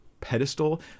pedestal